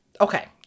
Okay